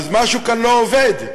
משהו כאן לא עובד.